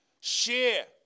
Share